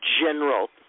general